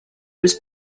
was